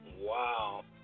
Wow